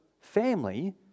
family